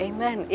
Amen